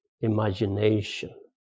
Imagination